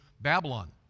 Babylon